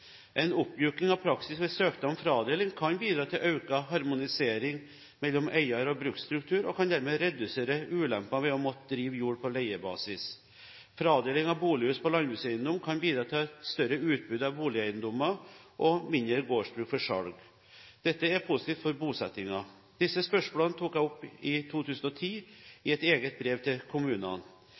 En oppmyking av praksis ved søknad om fradeling kan bidra til økt harmonisering mellom eier- og bruksstruktur og kan dermed redusere ulemper ved å måtte drive jord på leiebasis. Fradeling av bolighus på landbrukseiendom kan bidra til et større utbud av boligeiendommer og mindre gårdsbruk for salg. Dette er positivt for bosettingen. Disse spørsmålene tok jeg i 2010 opp i et eget brev til kommunene.